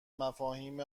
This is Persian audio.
مفاهیم